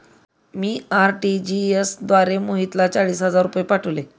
मी RTGS द्वारे मोहितला चाळीस हजार रुपये पाठवले